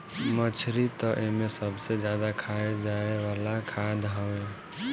मछरी तअ एमे सबसे ज्यादा खाए जाए वाला खाद्य हवे